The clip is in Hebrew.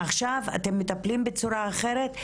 עכשיו אתם מטפלים בצורה אחרת,